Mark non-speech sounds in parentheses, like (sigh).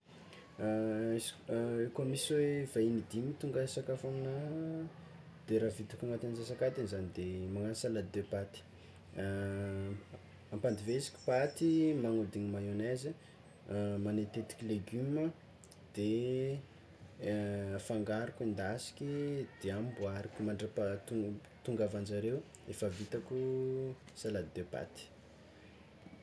(hesitation) Izy (hesitation) koa misy hoe vahiny dimy tonga hisakafo aminahy de raha vitako agnatin'ny atsasakadiny zany de magnagno salade de paty, ampandiveziko paty, magnodiny mayonnaise, (hesitation) manatetiky legioma de (hesitation) de afangaroko hendasiky de amboariko mandram-pahaton- tongavanjare efa vitako salade de paty.